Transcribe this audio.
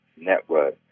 network